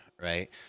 Right